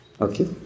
Okay